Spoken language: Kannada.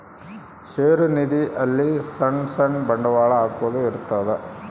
ಷೇರು ನಿಧಿ ಅಲ್ಲಿ ಸಣ್ ಸಣ್ ಬಂಡವಾಳ ಹಾಕೊದ್ ಇರ್ತದ